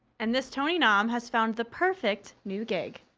and this tony nom has found the perfect new gig.